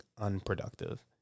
unproductive